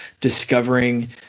discovering